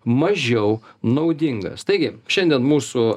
mažiau naudingas taigi šiandien mūsų